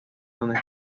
donde